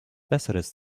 besseres